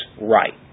right